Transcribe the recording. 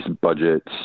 budgets